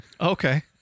Okay